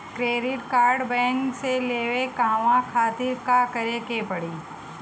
Credit card bank से लेवे कहवा खातिर का करे के पड़ी?